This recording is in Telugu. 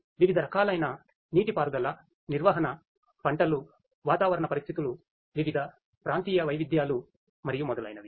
వివిధ రకాలైన నీటిపారుదల నిర్వహణ పంటలు వాతావరణ పరిస్థితులు వివిధ ప్రాంతీయ వైవిధ్యాలు మరియు మొదలైనవి